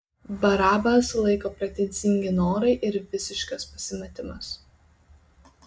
barabą sulaiko pretenzingi norai ir visiškas pasimetimas